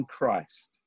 Christ